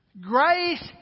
Grace